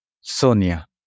Sonia